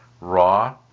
raw